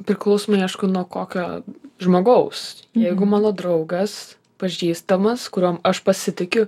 priklausomai aišku nuo kokio žmogaus jeigu mano draugas pažįstamas kuriuom aš pasitikiu